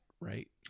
right